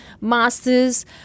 masters